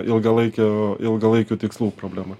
ilgalaikė ilgalaikių tikslų problema